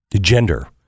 gender